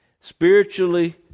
Spiritually